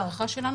ההערכה שלנו,